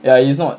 ya it is not